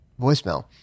voicemail